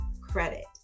credit